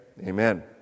Amen